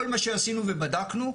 כל מה שעשינו ובדקנו,